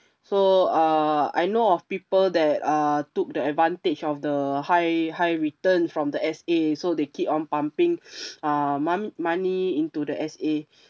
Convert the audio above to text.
so err I know of people that uh took the advantage of the high high return from the S_A so they keep on pumping uh mon~ money into the S_A